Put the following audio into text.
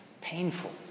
Painful